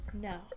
No